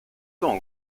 temps